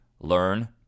Learn